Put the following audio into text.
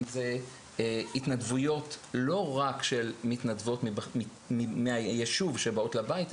אם זה התנדבויות לא רק של מתנדבות מהיישוב שבאות לבית,